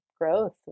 growth